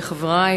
חברי,